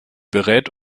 berät